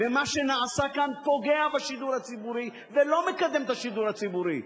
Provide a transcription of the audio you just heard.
ומה שנעשה כאן פוגע בשידור הציבורי ולא מקדם את השידור הציבורי.